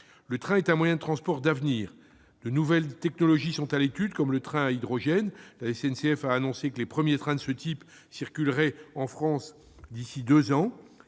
Le train est un moyen de transport d'avenir. De nouvelles technologies sont à l'étude, comme le train à hydrogène : la SNCF a annoncé que les premiers trains de ce type circuleraient en France d'ici à deux ans.